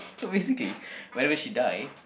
so basically whenever she die